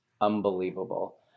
unbelievable